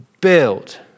build